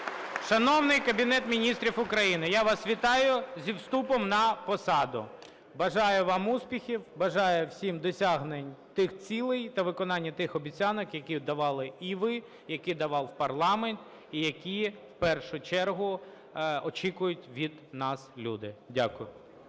Шановний Кабінет Міністрів України, я вас вітаю зі вступом на посаду. Бажаю вам успіхів. Бажаю всім досягнень тих цілей та виконання тих обіцянок, які давали і ви, які давав парламент і які в першу чергу очікують від нас люди. Дякую.